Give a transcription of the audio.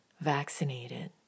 vaccinated